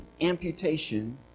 amputation